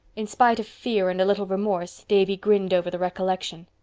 in spite of fear and a little remorse davy grinned over the recollection.